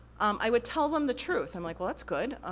i would tell them the truth. i'm like, well, that's good.